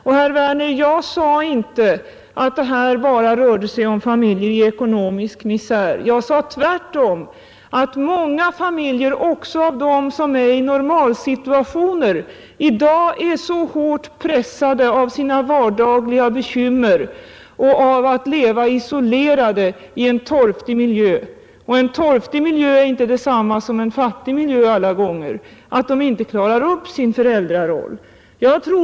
Jag sade inte, herr Werner i Malmö, att det här bara gäller familjer i ekonomisk misär. Tvärtom sade jag att också många familjer i normalsitationer i dag är så hårt pressade av sina vardagliga bekymmer och av att leva isolerade i en torftig miljö — och det är inte alltid detsamma som en fattig miljö — att de inte klarar upp sin föräldraroll.